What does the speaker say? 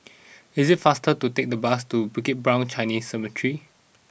it is faster to take the bus to Bukit Brown Chinese Cemetery